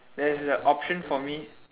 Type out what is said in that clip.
there's a option for me